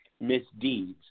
misdeeds